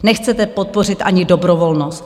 Nechcete podpořit ani dobrovolnost.